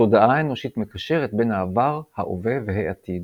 התודעה האנושית מקשרת בין העבר, ההווה והעתיד.